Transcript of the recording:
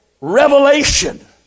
revelation